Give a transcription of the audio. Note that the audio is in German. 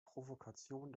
provokation